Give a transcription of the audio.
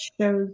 shows